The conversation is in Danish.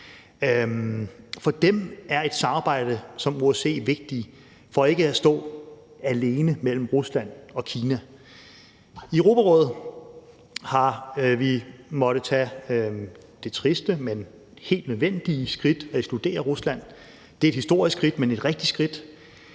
For dem er et samarbejde som OSCE vigtigt for ikke at stå alene mellem Rusland og Kina. I Europarådet har vi måttet tage det triste, men helt nødvendige skridt at ekskludere Rusland. Det er et historisk skridt, men et rigtigt skridt,